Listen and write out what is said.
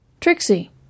Trixie